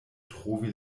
trovi